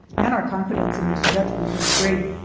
and our confidence in his judgment was great,